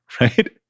right